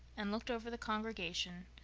and looked over the congregation,